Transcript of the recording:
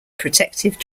protective